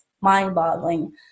mind-boggling